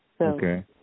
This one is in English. Okay